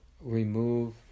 remove